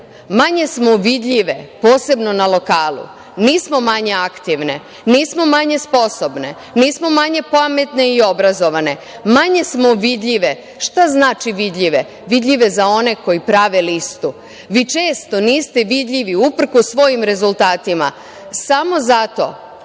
manje smo vidljive, posebno na lokalu, nismo manje aktivne, nismo manje sposobne, nismo manje pametne i obrazovane, manje smo vidljive. Šta znači vidljive? Vidljive za one koji prave listu. Vi često niste vidljivi uprkos svojim rezultatima samo zato